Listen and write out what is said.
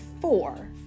four